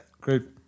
Great